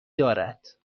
دارد